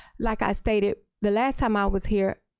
like i stated the last time i was here,